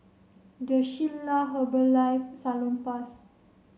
The Shilla Herbalife Salonpas